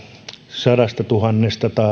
sadastatuhannesta